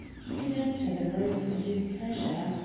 he could enter the rooms at his pleasure.